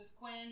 Quinn